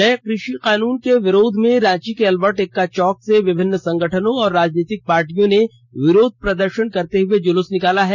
नए कृषि कानून के विरोध में रांची के अलबर्ट एक्का चौक से विभिन्न संगठनों और राजनीतिक पार्टियों ने विरोध प्रदर्शन करते हुए जुलूस निकाला है